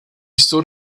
stood